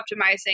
optimizing